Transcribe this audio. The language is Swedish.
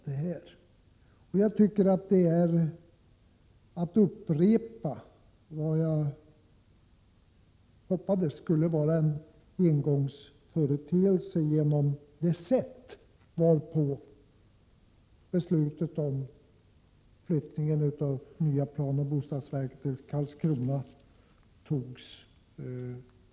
Det är att upprepa vad jag hoppades skulle vara en engångsföreteelse, nämligen förfarandet i samband med beslutet om flyttning av planoch bostadsverket till Karlskrona.